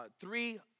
three